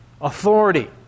authority